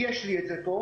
ויש לי את זה פה,